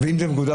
מגודר.